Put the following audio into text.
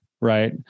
Right